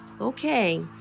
Okay